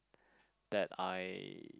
that I